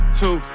two